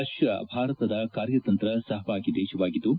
Russia ಭಾರತದ ಕಾರ್ಯತಂತ್ರ ಸಹಭಾಗಿ ದೇಶವಾಗಿದ್ದು